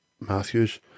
Matthews